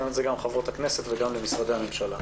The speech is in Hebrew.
אני אומר את זה גם לחברות הכנסת וגם למשרדי הממשלה,